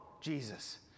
Jesus